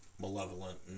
malevolent